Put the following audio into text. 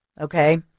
Okay